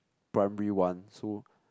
primary one so